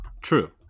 True